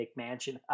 McMansion